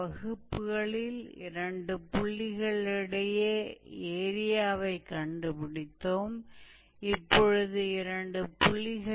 और माना हमारे पास यह बिंदु A है और यह हमारा बिंदु B है